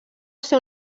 ser